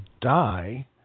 die